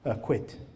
quit